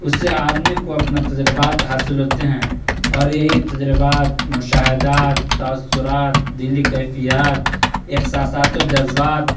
اس سے آدمی کو اپنا تجربات حاصل ہوتے ہیں اور یہی تجربات مشاہدات تاثرات دلی کیفیات احساسات و جذبات